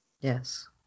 Yes